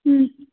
ம்